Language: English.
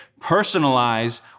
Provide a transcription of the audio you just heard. personalize